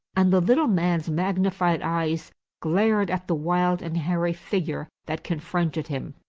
and the little man's magnified eyes glared at the wild and hairy figure that confronted him.